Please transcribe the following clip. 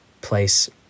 place